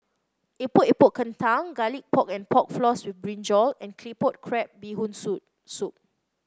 Epok Epok Kentang Garlic Pork and Pork Floss with brinjal and Claypot Crab Bee Hoon Soup soup